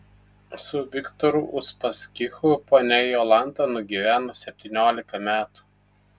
su viktoru uspaskichu ponia jolanta nugyveno septyniolika metų